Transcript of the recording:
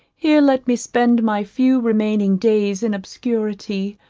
here let me spend my few remaining days in obscurity,